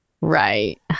Right